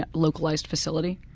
ah localized facility.